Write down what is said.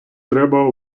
треба